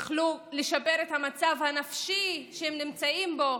יוכלו לשפר את המצב הנפשי שהם נמצאים בו.